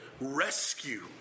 rescue